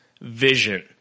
vision